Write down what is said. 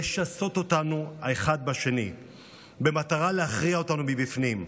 לשסות אותנו האחד בשני במטרה להכריע אותנו מבפנים.